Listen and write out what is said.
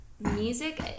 music